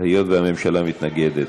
היות שהממשלה מתנגדת.